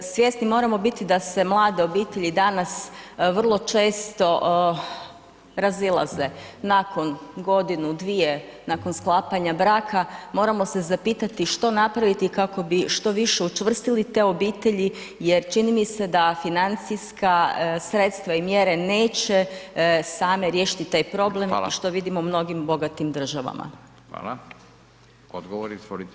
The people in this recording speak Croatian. Svjesni moramo biti da se mlade obitelji danas vrlo često razilaze nakon godinu, dvije nakon sklapanja braka, moramo se zapitati što napraviti kako bi što više učvrstili te obitelji jer čini mi se da financijska sredstva i mjere neće same riješiti taj problem što vidimo u mnogim bogatim državama.